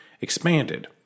expanded